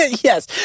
Yes